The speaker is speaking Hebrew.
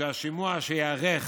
שהשימוע שייערך